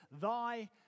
thy